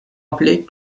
appelé